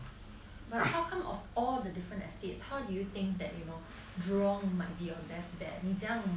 but how come of all the different estate how did you think that you know jurong may be your best bet 你真样